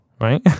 right